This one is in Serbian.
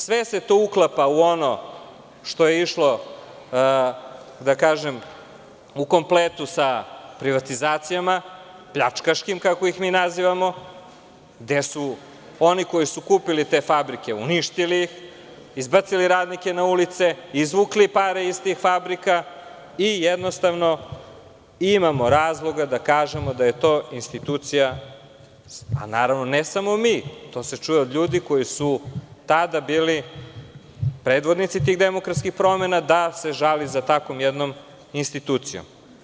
Sve se to uklapa u ono što je išlo, da kažem, u kompletu sa privatizacijama, pljačkaškim, kako ih mi nazivamo, gde su oni koji su kupili te fabrike, uništili ih, izbacili radnike na ulicu, izvukli pare iz tih fabrika i jednostavno imamo razloga da kažemo da je to institucija, a naravno, ne samo mi, to se čuje od ljudi koji su tada bili predvodnici tih demokratskih promena, da se žali za takvom jednom institucijom.